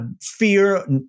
fear